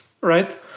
right